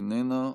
איננה.